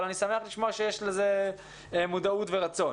אבל אני שמח לשמוע שיש לזה מודעות ורצון.